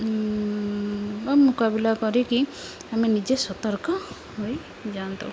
ବା ମୁକାବିଲା କରିକି ଆମେ ନିଜେ ସତର୍କ ହୋଇଯାଆନ୍ତୁ